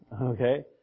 okay